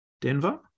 Denver